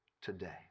today